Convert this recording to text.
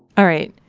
all right.